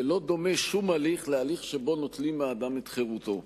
ולא דומה שום הליך להליך שבו נוטלים מאדם את חירותו.